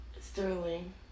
Sterling